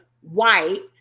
white